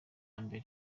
mbere